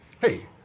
Hey